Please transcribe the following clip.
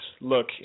look